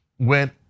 Went